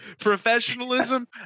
Professionalism